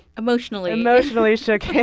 emotionally emotionally shook